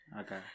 Okay